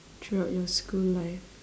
throughout your school life